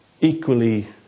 equally